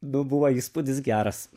nu buvo įspūdis geras